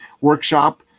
workshop